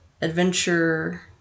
adventure